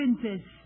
princess